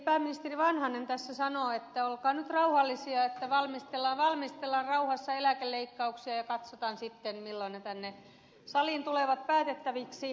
pääministeri vanhanen tässä sanoo että olkaa nyt rauhallisia valmistellaan rauhassa eläkeleikkauksia ja katsotaan sitten milloin ne tänne saliin tulevat päätettäviksi